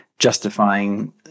justifying